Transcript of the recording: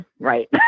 right